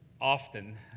often